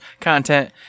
content